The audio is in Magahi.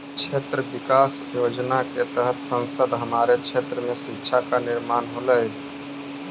क्षेत्र विकास योजना के तहत संसद हमारे क्षेत्र में शिक्षा का निर्माण होलई